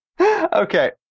Okay